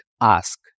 ask